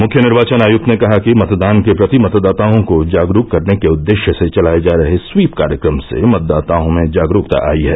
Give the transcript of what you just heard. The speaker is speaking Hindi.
मुख्य निर्वाचन आयुक्त ने कहा कि मतदान के प्रति मतदाताओं को जागरूक करने के उद्देश्य से चलाये जा रहे स्वीप कार्यक्रम से मतदाताओं में जागरूकता आई है